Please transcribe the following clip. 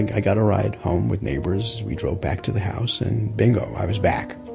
i got a ride home with neighbors, we drove back to the house, and bingo, i was back